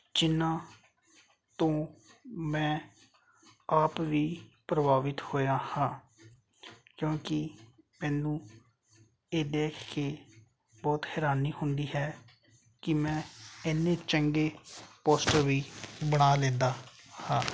ਜਿਹਨਾਂ ਤੋਂ ਮੈਂ ਆਪ ਵੀ ਪ੍ਰਭਾਵਿਤ ਹੋਇਆ ਹਾਂ ਕਿਉਂਕਿ ਮੈਨੂੰ ਇਹ ਦੇਖ ਕੇ ਬਹੁਤ ਹੈਰਾਨੀ ਹੁੰਦੀ ਹੈ ਕਿ ਮੈਂ ਇਨੇ ਚੰਗੇ ਪੋਸਟਰ ਵੀ ਬਣਾ ਲੈਂਦਾ ਹਾਂ